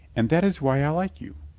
and that is why i like you.